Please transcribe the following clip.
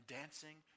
dancing